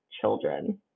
Children